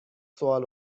سوال